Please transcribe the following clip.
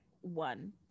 one